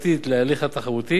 תקופתית להליך התחרותי